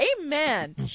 amen